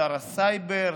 שר הסייבר,